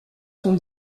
sont